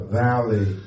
valley